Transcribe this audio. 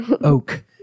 oak